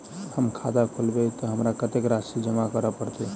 हम खाता खोलेबै तऽ हमरा कत्तेक राशि जमा करऽ पड़त?